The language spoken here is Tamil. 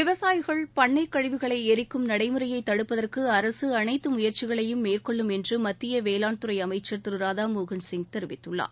விவசாயிகள் பண்ணைக் கழிவுகளை எரிக்கும் நடைமுறையை தடுப்பதற்கு அரசு அனைத்து முயற்சிகளையும் மேற்கொள்ளும் என்று மத்திய வேளாண்துறை அமைச்சர் திரு ராதாமோகன் சிங் தெரிவித்துள்ளார்